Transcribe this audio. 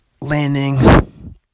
landing